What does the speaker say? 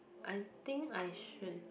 I think I should